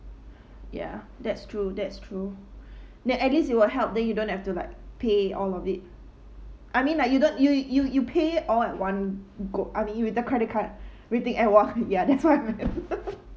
ya that's true that's true then at least it will help then you don't have to like pay all of it I mean like you don't you you you pay all at one go I mean with the credit card with the at !wah! ya that's why